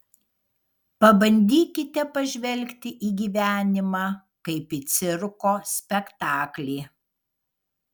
pabandykite pažvelgti į gyvenimą kaip į cirko spektaklį